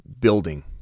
building